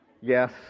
Yes